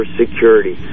security